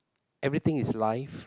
everything is life